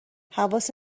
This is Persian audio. حواست